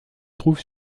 trouve